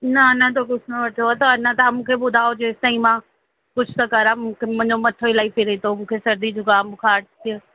न अञा त कुझु न वरितो आहे त अञा तव्हां मूंखे ॿुधाओ जेसिं ताईं मां कुझु त करा मूंखे मुंहिंजो मथो इलाही फ़िरे थो मूंखे सर्दी जुकाम बुखार थी